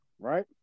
right